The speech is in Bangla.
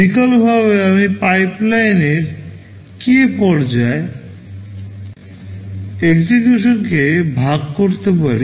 বিকল্পভাবে আমি পাইপলাইনের কে পর্যায়ে executionকে ভাগ করতে পারি